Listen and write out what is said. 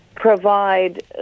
provide